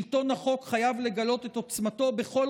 שלטון החוק חייב לגלות את עוצמתו בכל